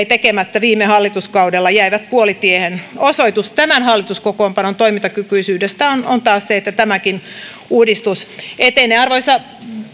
tekemättä viime hallituskaudella puolitiehen osoitus tämän hallituskokoonpanon toimintakykyisyydestä on taas se että tämäkin uudistus etenee arvoisa